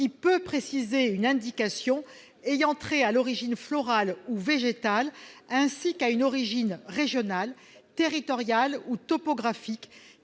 qui peut préciser une indication ayant trait à l'origine florale ou végétale, ainsi qu'à une origine régionale, territoriale ou topographique